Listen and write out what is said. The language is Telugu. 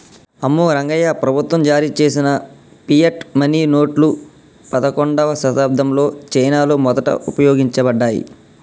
అమ్మో రంగాయ్యా, ప్రభుత్వం జారీ చేసిన ఫియట్ మనీ నోట్లు పదకండవ శతాబ్దంలో చైనాలో మొదట ఉపయోగించబడ్డాయి